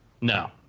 No